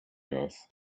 earth